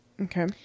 Okay